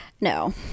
No